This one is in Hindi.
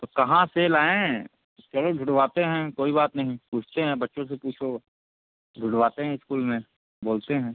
तो कहाँ से लाएँ चलो ढुँड़वाते हैं कोई बात नहीं पूछते हैं बच्चों से पूछो ढुँढ़वाते हैं इस्कूल में बोलते हैं